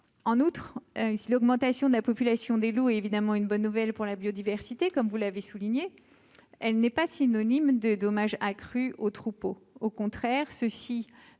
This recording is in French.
en outre, si l'augmentation de la population des loups évidemment une bonne nouvelle pour la biodiversité, comme vous l'avez souligné, elle n'est pas synonyme de dommages accrue au troupeau, au contraire, ceux-ci